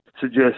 suggest